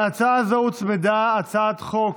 להצעה זו הוצמדה הצעת חוק